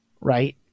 right